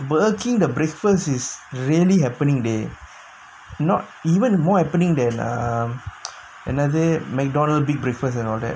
Burger King the breakfast is really happening day not even more happening than err another Mcdonald's big breakfast and all that